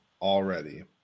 already